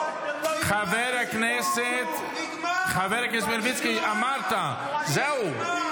חבר הכנסת מלביצקי, אמרת, זהו.